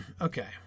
Okay